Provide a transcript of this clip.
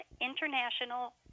international